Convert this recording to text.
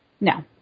No